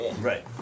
right